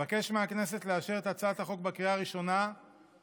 אבקש מהכנסת לאשר את הצעת החוק בקריאה הראשונה ולהחזירה